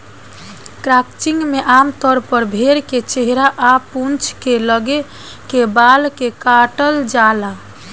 crutching में आमतौर पर भेड़ के चेहरा आ पूंछ के लगे के बाल के काटल जाला